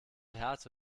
härte